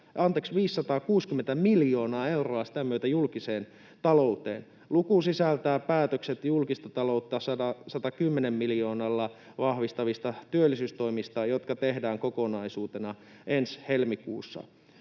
560 miljoonaa euroa sitä myötä julkiseen talouteen. Luku sisältää päätökset julkista taloutta 110 miljoonalla vahvistavista työllisyystoimista, jotka tehdään kokonaisuutena ensi helmikuussa.